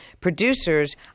producers